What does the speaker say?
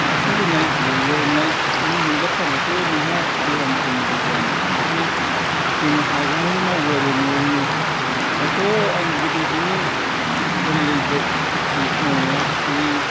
हासार होनाय इउरिया होनाय नों मोनजाफ्लांबाथ' नोंहा देहा मोदोम मोजां जानाय नङा ओंखायनो जोङो हागौमानि मावो आरो न'आवनो दाथ' आं गोदोनिफ्रायनो बोरायलायबाय खेथि मावनाया बै